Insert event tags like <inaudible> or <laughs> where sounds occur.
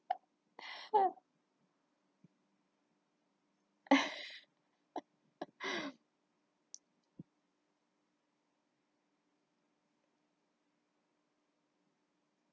<laughs>